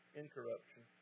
incorruption